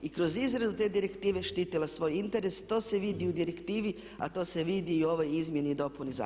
I kroz izradu te direktive štitila svoj interes, to se vidi u direktivi a to se vidi i u ovoj izmjeni i dopuni zakona.